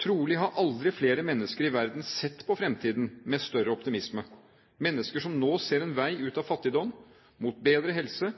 Trolig har aldri flere mennesker i verden sett på fremtiden med større optimisme – mennesker som nå ser en vei ut av fattigdom, mot bedre helse